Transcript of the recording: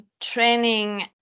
training